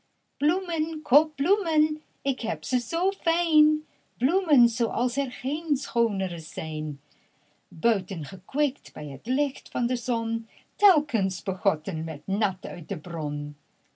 bloemen koop bloemen ik heb ze zoo fijn bloemen zooals er geen schoonere zijn buiten gekweekt bij het licht van de zon telkens begoten met nat uit de bron